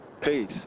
Peace